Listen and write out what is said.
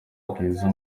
bwiza